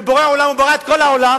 ובורא עולם ברא את כל העולם,